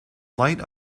light